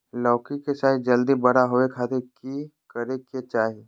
लौकी के साइज जल्दी बड़ा होबे खातिर की करे के चाही?